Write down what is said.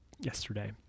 yesterday